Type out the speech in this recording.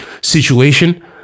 situation